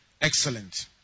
excellent